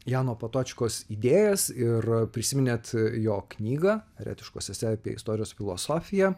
jano patočkos idėjas ir prisiminėt jo knygą eretiškos esė apie istorijos filosofiją